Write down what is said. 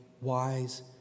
wise